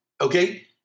okay